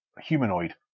humanoid